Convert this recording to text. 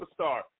superstar